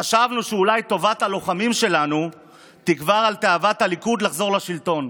חשבנו שאולי טובת הלוחמים שלנו תגבר על תאוות הליכוד לחזור לשלטון,